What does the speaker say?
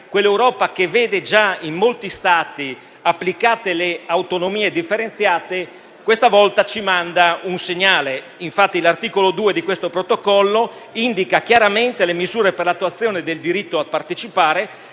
quell'Europa che vede già in molti Stati applicate le autonomie differenziate, questa volta ci manda un segnale. Infatti, l'articolo 2 di questo Protocollo indica chiaramente le misure per l'attuazione del diritto a partecipare